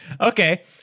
Okay